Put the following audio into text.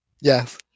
Yes